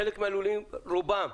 חלק מהלולים, רובם,